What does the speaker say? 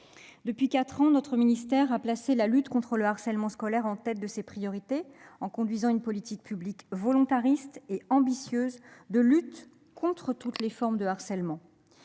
Depuis quatre ans, notre ministère a placé la lutte contre le harcèlement scolaire en tête de ses priorités, en conduisant une politique publique volontariste et ambitieuse de lutte contre toutes les formes de harcèlement.